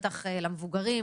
בטח למבוגרים,